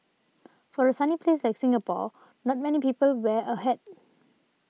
for a sunny place like Singapore not many people wear a hat